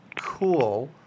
cool